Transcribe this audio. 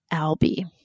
Alby